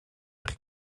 eich